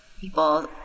people